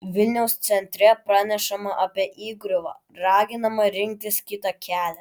vilniaus centre pranešama apie įgriuvą raginama rinktis kitą kelią